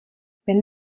wenn